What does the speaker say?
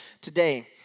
today